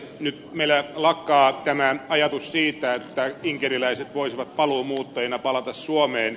nyt meillä lakkaa tämä ajatus siitä että inkeriläiset voisivat paluumuuttajina palata suomeen